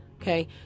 okay